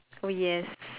oh yes